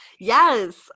Yes